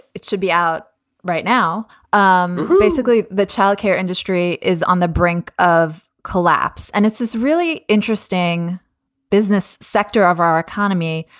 it should be out right now. um basically, the childcare industry is on the brink of collapse and it's this really interesting business sector of our economy.